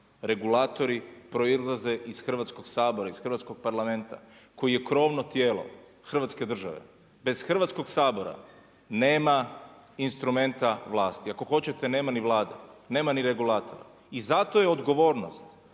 Regulatori proizlaze iz Hrvatskog sabora iz Hrvatskog Parlamenta, koji je krovno tijelo Hrvatske države. Bez Hrvatskog sabora nema instrumenta vlasti. Ako hoćete, nema ni Vlade, nema ni regulatora. I zato je odgovornost